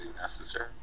necessary